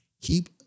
Keep